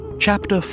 Chapter